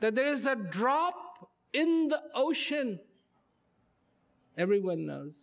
that there is a drop in the ocean everyone knows